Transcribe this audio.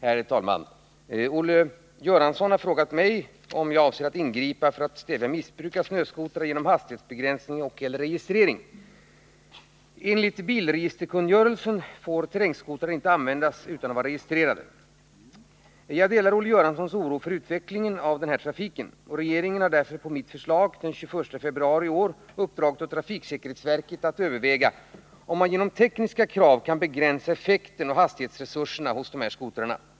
Herr talman! Olle Göransson har frågat mig om jag avser att ingripa för att stävja missbruk av snöskotrar genom hastighetsbegränsning och/eller registrering. Jag delar Olle Göranssons oro över utvecklingen av snöskotertrafiken. Regeringen har därför på mitt förslag den 21 februari i år uppdragit åt trafiksäkerhetsverket att överväga om man genom tekniska krav kan begränsa effekten och hastighetsresurserna hos terrängskotrar.